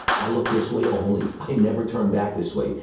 i look this way only. i never turned back this way.